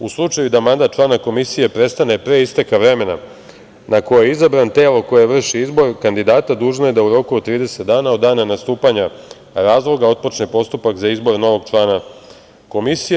U slučaju da mandat člana komisije prestane pre isteka vremena na koje je izabran telo koje vrši izbor kandidata dužno je da u roku od 30 dana od dana nastupanja razloga otpočne postupak za izbor novog člana komisije.